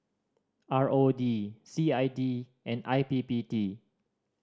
R O D C I D and I P P T